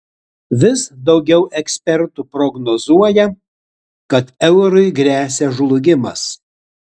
vis daugiau ekspertų prognozuoja kad eurui gresia žlugimas